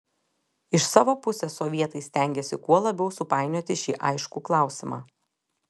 iš savo pusės sovietai stengėsi kuo labiau supainioti šį aiškų klausimą